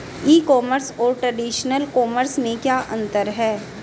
ई commerce और traditional commerce में क्या अंतर है?